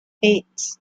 eight